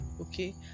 okay